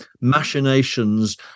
machinations